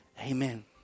Amen